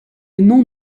nom